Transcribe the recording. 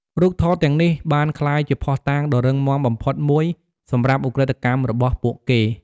រូបថតទាំងនេះបានក្លាយជាភស្តុតាងដ៏រឹងមាំបំផុតមួយសម្រាប់ឧក្រិដ្ឋកម្មរបស់ពួកគេ។